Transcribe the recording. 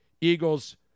Eagles